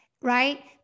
right